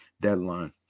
deadline